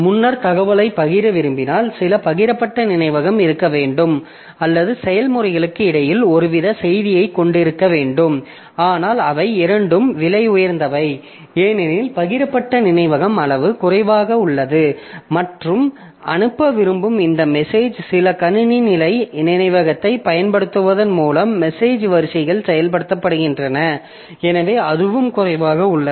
முன்னர் தகவல்களைப் பகிர விரும்பினால் சில பகிரப்பட்ட நினைவகம் இருக்க வேண்டும் அல்லது செயல்முறைகளுக்கு இடையில் ஒருவித செய்தியைக் கொண்டிருக்க வேண்டும் ஆனால் அவை இரண்டும் விலை உயர்ந்தவை ஏனெனில் பகிரப்பட்ட நினைவகம் அளவு குறைவாக உள்ளது மற்றும் அனுப்ப விரும்பும் இந்த மெசேஜ் சில கணினி நிலை நினைவகத்தைப் பயன்படுத்துவதன் மூலமும் மெசேஜ் வரிசைகள் செயல்படுத்தப்படுகின்றன எனவே அதுவும் குறைவாகவே உள்ளது